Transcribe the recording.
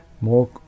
more